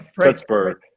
Pittsburgh